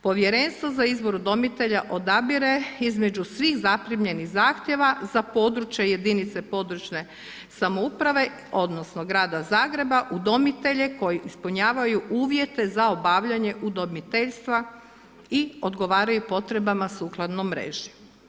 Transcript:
Povjerenstvo za izbor udomitelja odabire između svih zaprimljenih zahtjeva za područje jedinica područne samouprave odnosno grada Zagreba udomitelje koji ispunjavaju uvjete za obavljanje udomiteljstva i odgovaraju potrebama sukladno mreži.